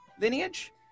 lineage